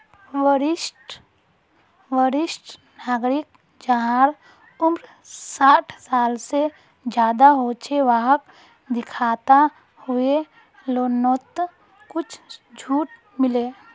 वरिष्ठ नागरिक जहार उम्र साठ साल से ज्यादा हो छे वाहक दिखाता हुए लोननोत कुछ झूट मिले